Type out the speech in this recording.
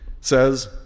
says